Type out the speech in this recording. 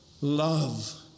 love